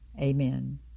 Amen